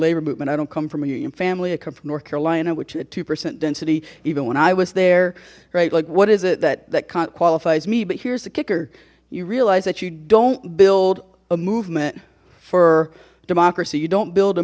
labor movement i don't come from a union family i come from north carolina which is a two percent density even when i was there right like what is it that that can't qualifies me but here's the kicker you realize that you don't build a movement for democracy you don't build a